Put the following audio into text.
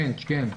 צ'יינג', כן.